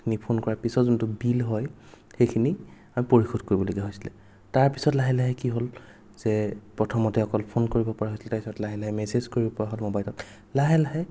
নি ফ'ন কৰাৰ পিছত যোনটো বিল হয় সেইখিনি আমি পৰিশোধ কৰিবলগীয়া হৈছিলে তাৰ পিছত লাহে লাহে কি হ'ল যে প্ৰথমতে অকল ফ'ন কৰিব পৰা হৈছিল তাৰ পাছত লাহে লাহে মেচেজ কৰিব পৰা হ'ল ম'বাইলত লাহে লাহে